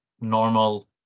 normal